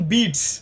Beats